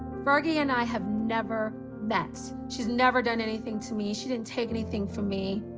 fergie and i have never met. she's never done anything to me. she didn't take anything from me.